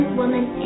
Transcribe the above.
woman